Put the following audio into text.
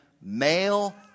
male